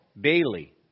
Bailey